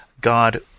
God